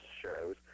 shows